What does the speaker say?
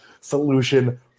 solution